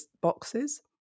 boxes